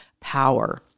power